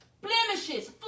blemishes